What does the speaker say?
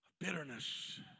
Bitterness